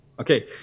Okay